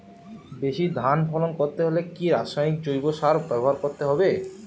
বেশি ধান ফলন করতে হলে কি রাসায়নিক জৈব সার ব্যবহার করতে হবে?